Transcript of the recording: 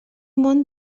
món